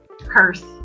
curse